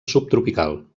subtropical